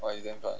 why you damn find